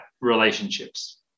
relationships